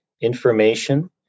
information